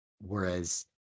Whereas